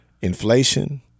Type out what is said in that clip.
inflation